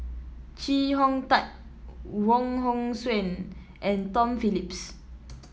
Chee Hong Tat Wong Hong Suen and Tom Phillips